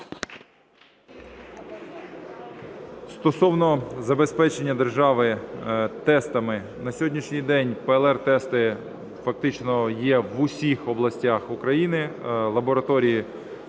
Стосовно забезпечення держави тестами, на сьогоднішній день ПЛР-тести фактично є в усіх областях України, лабораторії